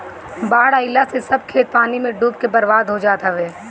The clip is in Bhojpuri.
बाढ़ आइला से सब खेत पानी में डूब के बर्बाद हो जात हवे